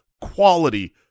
quality